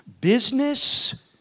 business